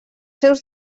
seus